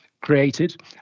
created